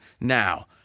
now